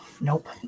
nope